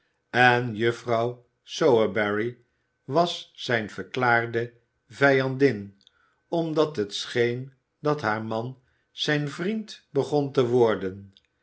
en juffrouw sowerberry was zijn verklaarde vijandin omdat het scheen dat haar man zijn vriend begon te worden